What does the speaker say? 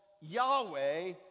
Yahweh